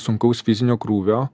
sunkaus fizinio krūvio